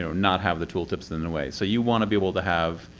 not have the tool tips in the way. so you want to be able to have,